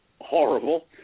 horrible